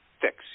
fix